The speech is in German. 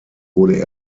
wurde